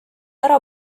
ära